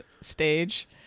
stage